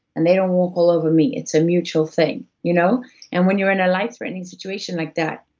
and they don't walk all over me, it's a mutual thing. you know and when you're in a life-threatening situation like that,